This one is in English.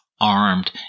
armed